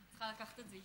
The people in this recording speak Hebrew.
אני חייבת לומר שהיה